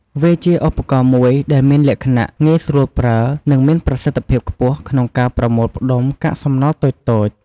វាជាឧបករណ៍មួយដែលមានលក្ខណៈងាយស្រួលប្រើ និងមានប្រសិទ្ធភាពខ្ពស់ក្នុងការប្រមូលផ្តុំកាកសំណល់តូចៗ។